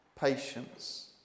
patience